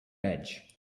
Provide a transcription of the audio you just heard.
edge